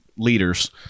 Leaders